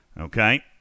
Okay